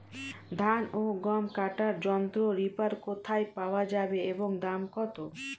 ধান ও গম কাটার যন্ত্র রিপার কোথায় পাওয়া যাবে এবং দাম কত?